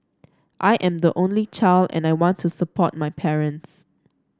I am the only child and I want to support my parents